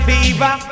Fever